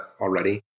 already